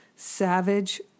Savage